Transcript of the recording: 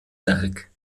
werk